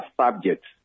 subjects